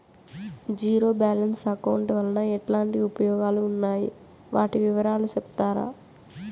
Zero balance account వలన ఎట్లాంటి ఉపయోగాలు ఉన్నాయి? వాటి వివరాలు సెప్తారా?